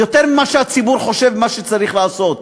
יותר ממה שהציבור חושב מה שצריך לעשות.